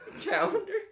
calendar